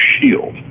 shield